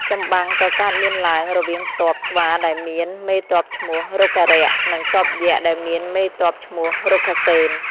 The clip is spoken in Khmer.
ចម្បាំង ក៏កើតមានឡើងរវាងទ័ព ស្វាដែលមានមេទ័ពឈ្មោះ រុក្ខរក្ស និងទ័ពយក្សដែលមានមេទ័ពឈ្មោះ រុក្ខសេន។